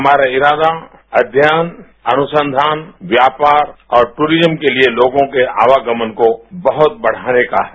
हमारा इरादा अध्ययन अनुसंधान व्यापार और टूरिज्म के लिए लोगों के आवागमन को बहुत बढ़ाने का है